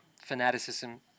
fanaticism